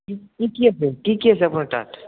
কি কি আছে কি কি আছে আপোনাৰ তাত